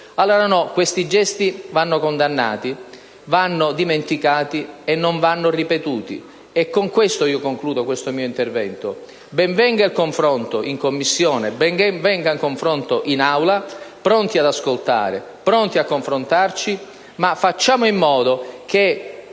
allora no: questi gesti vanno condannati, vanno dimenticati e non vanno ripetuti. E con questo concludo il mio intervento: ben venga il confronto in Commissione, ben venga il confronto in Aula, pronti ad ascoltare, pronti a confrontarci, ma facciamo in modo che